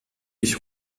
ich